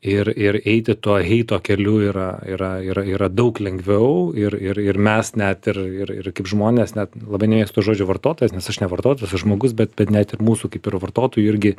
ir ir eiti tuo heito keliu yra yra yra yra daug lengviau ir ir ir mes net ir ir ir kaip žmonės net labai nemėgstu žodžio vartotojas nes aš ne vartotojas aš žmogus bet bet net ir mūsų kaip ir vartotojų irgi